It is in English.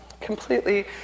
completely